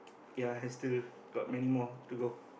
ya I still got many more to go